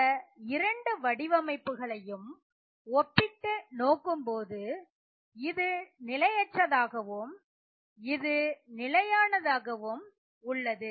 இந்த இரண்டு வடிவமைப்புகளையும் ஒப்பிட்டு நோக்கும் போது இது நிலை அற்றதாகவும் இது நிலையானதாகவும் உள்ளது